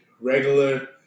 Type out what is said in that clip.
Regular